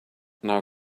now